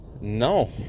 No